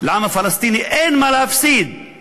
לעם הפלסטיני אין מה להפסיד.